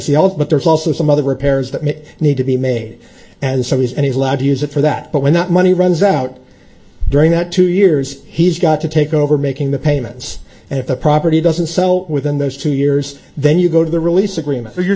he also but there's also some other repairs that need to be made and so he's and he's allowed to use it for that but when that money runs out during the two years he's got to take over making the payments and if the property doesn't sell within those two years then you go to the release agreement or you're